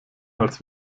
als